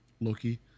Loki